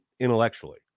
intellectually